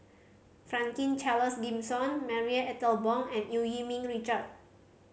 Franklin Charles Gimson Marie Ethel Bong and Eu Yee Ming Richard